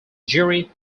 jury